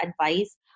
advice